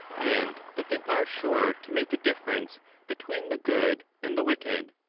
and that they are sure to make a difference between the good and the wicked.